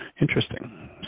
Interesting